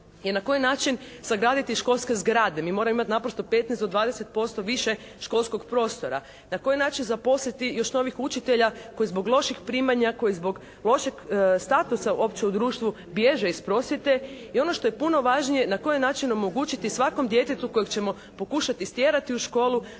je na koji način sagraditi školske zgrade. Mi moramo imati naprosto 15 do 20% više školskog prostora. Na koji način zaposliti još novih učitelja koji zbog loših primanja, koji zbog lošeg statusa uopće u društvu bježe iz prosvjete? I ono što je puno važnije na koji način omogućiti svakom djetetu kojeg ćemo pokušati stjerati u školu